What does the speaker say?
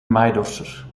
maaidorser